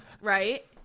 Right